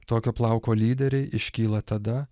tokio plauko lyderiai iškyla tada